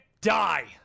die